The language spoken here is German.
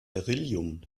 beryllium